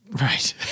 Right